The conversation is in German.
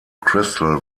crystal